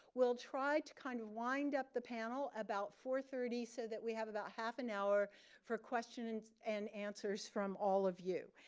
we'll try to kind of wind up the panel about four thirty so that we have about half an hour for questions and answers from all of you.